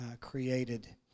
created